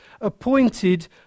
appointed